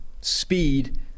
speed